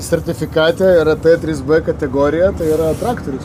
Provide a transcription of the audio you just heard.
sertifikate yra t trys b kategorija tai yra traktorius